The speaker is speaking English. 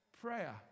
prayer